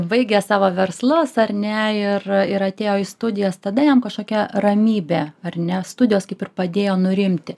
baigė savo verslus ar ne ir ir atėjo į studijas tada jam kažkokia ramybė ar ne studijos kaip ir padėjo nurimti